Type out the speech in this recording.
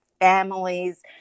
families